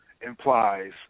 implies